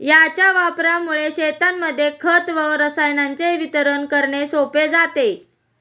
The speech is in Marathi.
याच्या वापरामुळे शेतांमध्ये खत व रसायनांचे वितरण करणे सोपे जाते